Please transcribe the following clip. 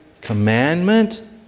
commandment